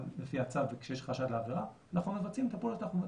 לפי הצו וכשיש חשד לעבירה אנחנו מבצעים את הפעולות שאנחנו מבצעים.